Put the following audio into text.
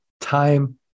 time